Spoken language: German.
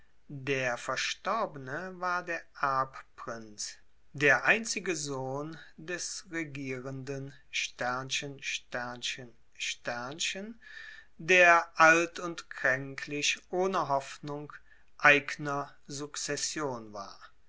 der verstorbene war der erbprinz der einzige sohn des regierenden der alt und kränklich ohne hoffnung eigner succession war